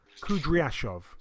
Kudryashov